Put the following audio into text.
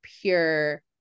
pure